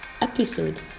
Episode